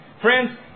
Friends